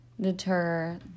deter